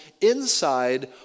inside